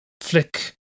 flick